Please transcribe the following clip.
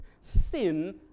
sin